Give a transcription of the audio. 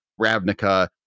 Ravnica